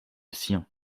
sien